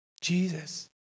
Jesus